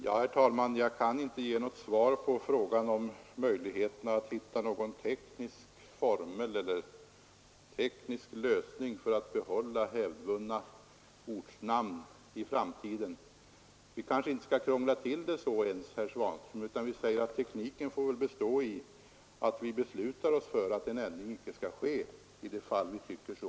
Herr talman! Jag kan inte ge något svar på frågan om möjligheterna att hitta en teknisk formel eller en teknisk lösning för att behålla hävdvunna ortnamn i framtiden. Vi kanske inte ens skall krångla till saken på det sättet, herr Svanström, utan vi säger att tekniken får väl bestå i att vi beslutar oss för att en ändring icke skall ske i de fall vi tycker så.